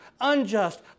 unjust